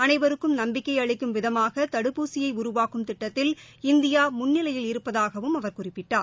அனைவருக்கும் நம்பிக்கை அளிக்கும் விதமாக தடுப்பூசியை உருவாக்கும் திட்டத்தில் இந்தியா முன்னிலையில் இருப்பதாகவும் அவர் குறிப்பிட்டார்